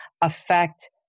affect